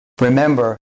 remember